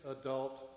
adult